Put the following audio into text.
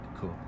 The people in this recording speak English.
cool